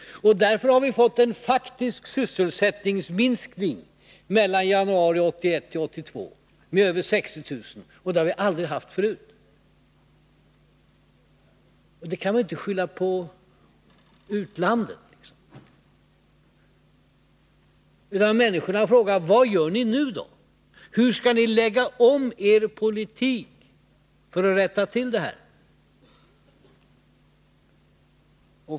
Därför har vi fått en faktisk sysselsättningsminskning mellan januari 1981 och januari 1982 på över 60 000 arbetstillfällen, vilket aldrig varit fallet tidigare. Denna minskning kan man inte skylla på utlandet. Människor frågar: Vad gör ni nu då? Hur skall ni lägga om er politik för att rätta till detta?